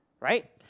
right